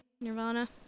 Nirvana